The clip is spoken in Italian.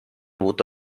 avuto